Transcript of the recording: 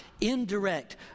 indirect